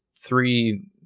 three